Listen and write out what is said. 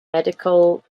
medical